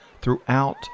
throughout